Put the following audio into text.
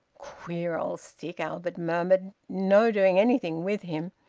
queer old stick! albert murmured. no doing anything with him.